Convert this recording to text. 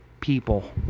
people